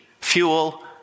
fuel